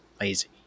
lazy